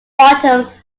bottoms